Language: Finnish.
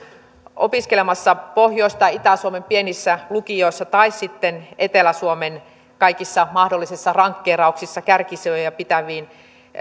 opiskelemassa pohjois tai itä suomen pienissä lukioissa tai sitten etelä suomen kaikissa mahdollisissa rankkeerauksissa kärkisijoja pitävissä